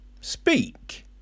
speak